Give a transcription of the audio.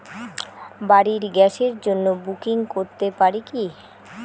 বাড়ির গ্যাসের জন্য বুকিং করতে পারি কি?